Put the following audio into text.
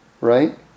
right